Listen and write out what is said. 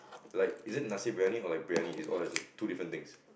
like is it nasi-briyani or like Briyani on its own it's two different things